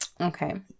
Okay